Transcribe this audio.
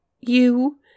you